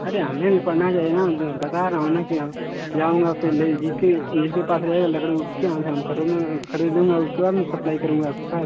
अरे हमें भी पड़ना चाहिए न मैं बता रहा हूँ न कि अब जाऊँगा फिर ले जी कर जिसके पास रहेगा लकड़ी उसके यहाँ से हम खरीदूँगा उसके बाद न सप्लाई करूँगा आपके पास